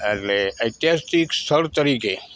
એટલે ઐતિહાસિક સ્થળ તરીકે